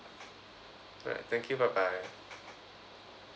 alright thank you bye bye